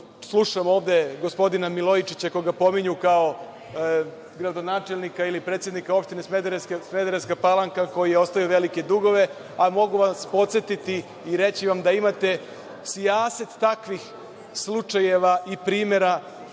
slušam ovde gospodina Milojičića koga pominju kao gradonačelnika ili predsednika opštine Smederevska Palanka, koji je ostavio velike dugove, a mogu vas podsetiti i reći vam da imate sijaset takvih slučajeva i primera